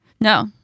No